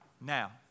Now